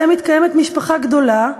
שבהן מתקיימת משפחה גדולה,